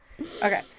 Okay